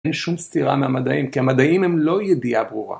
אין שום סתירה מהמדעים, כי המדעים הם לא ידיעה ברורה.